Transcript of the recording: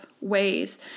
ways